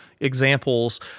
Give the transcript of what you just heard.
examples